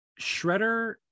Shredder